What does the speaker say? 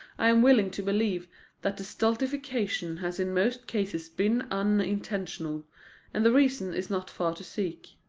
i am willing to believe that the stultification has in most cases been unintentional and the reason is not far to seek.